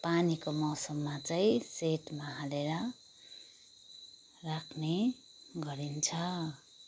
पानीको मौसममा चाहिँ सेडमा हालेर राख्ने गरिन्छ